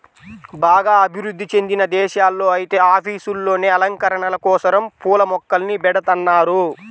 బాగా అభివృధ్ధి చెందిన దేశాల్లో ఐతే ఆఫీసుల్లోనే అలంకరణల కోసరం పూల మొక్కల్ని బెడతన్నారు